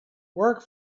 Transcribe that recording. work